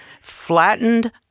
flattened